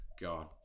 God